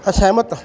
ਅਸਹਿਮਤ